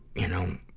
you know,